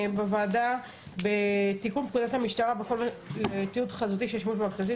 הדיון היום יעסוק בתיקון פקודת המשטרה (תיעוד חזותי של השימוש במכתזית).